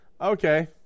okay